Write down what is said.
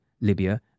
Libya